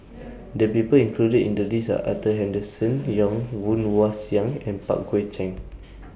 The People included in The list Are Arthur Henderson Young Woon Wah Siang and Pang Guek Cheng